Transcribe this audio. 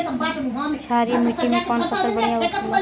क्षारीय मिट्टी में कौन फसल बढ़ियां हो खेला?